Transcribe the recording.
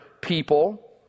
people